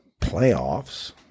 playoffs